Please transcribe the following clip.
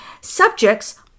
subjects